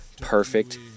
Perfect